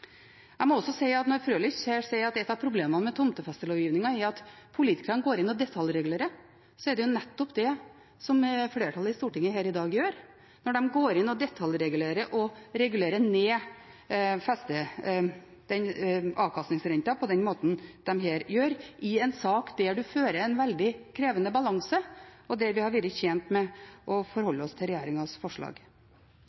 Jeg må også si at når Frølich her sier at et av problemene med tomtefestelovgivningen er at politikerne går inn og detaljregulerer, så er det jo nettopp det flertallet i Stortinget her i dag gjør, når de går inn og detaljregulerer og regulerer ned avkastningsrenten på den måten de her gjør, i en sak der man fører en veldig krevende balanse, og der vi hadde vært tjent med å forholde oss til regjeringens forslag.